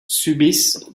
subissent